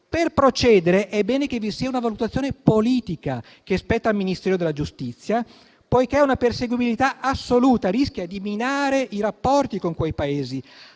per procedere è bene che vi sia una valutazione politica che spetta al Ministero della giustizia, poiché una perseguibilità assoluta rischia di minare i rapporti con quei Paesi,